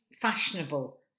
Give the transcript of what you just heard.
fashionable